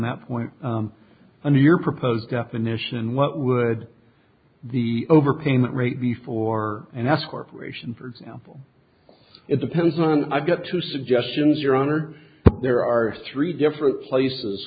that point on your proposed definition and what would the overpayment rate before and as corporation for example it depends on i've got two suggestions your honor there are three different places